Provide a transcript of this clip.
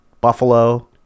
buffalo